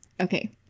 Okay